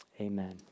amen